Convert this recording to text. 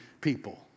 people